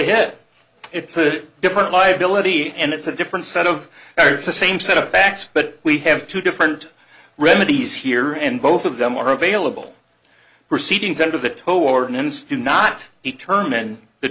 a different liability and it's a different set of the same set of facts but we have two different remedies here and both of them are available proceedings under the total ordinance do not determine the